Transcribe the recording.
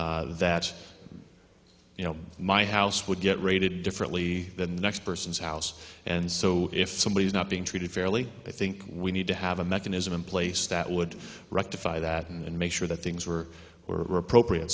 concern that you know my house would get raided differently than the next person's house and so if somebody is not being treated fairly i think we need to have a mechanism in place that would rectify that and make sure that things were were appropriate